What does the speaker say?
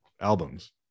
albums